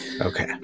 Okay